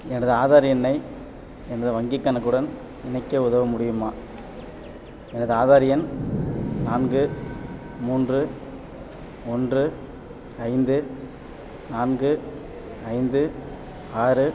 எனது ஆதார் எண்ணை எனது வங்கிக் கணக்குடன் இணைக்க உதவ முடியுமா எனது ஆதார் எண் நான்கு மூன்று ஒன்று ஐந்து நான்கு ஐந்து ஆறு